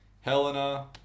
Helena